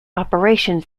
operations